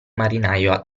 marinaio